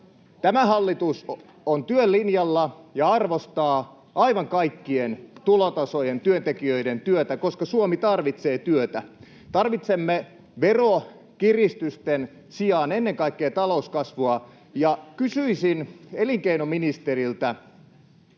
Tämä hallitus on työn linjalla ja arvostaa aivan kaikkien tulotasojen työntekijöiden työtä, [Vasemmalta: Ai pienituloinen ei ole työlinjalla?] koska Suomi tarvitsee työtä. Tarvitsemme verokiristysten sijaan ennen kaikkea talouskasvua, ja kysyisin elinkei-noministeriltä,